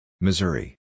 Missouri